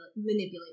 manipulate